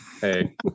hey